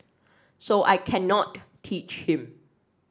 so I cannot teach him